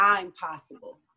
impossible